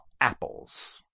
apples